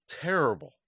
terrible